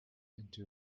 into